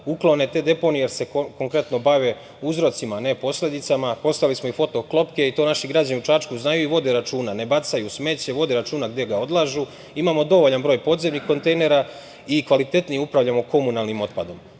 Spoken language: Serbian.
uklone te deponije, jer se konkretno bave uzrocima, a ne posledicama. Postavili smo i foto klopke i to naši građani u Čačku znaju i vode računa. Ne bacaju smeće, vode računa gde ga odlažu. Imamo dovoljan broj podzemnih kontejnera i kvalitetno upravljamo komunalnim otpadom. Pričam